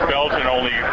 Belgian-only